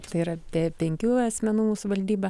tai yra penkių asmenų mūsų valdyba